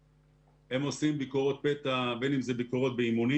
עושה ביקורת פתע בין אם היא ביקורות באימונים